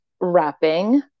wrapping